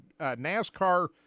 NASCAR